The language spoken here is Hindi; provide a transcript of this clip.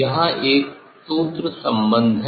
यहाँ एक सूत्र संबंध है